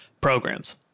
programs